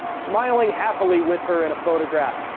smiling happily with her in a photograph.